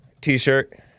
T-shirt